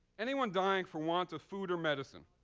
anyone dying for want of food or medicine,